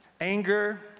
Anger